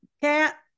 cat